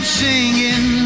singing